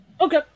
Okay